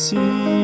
See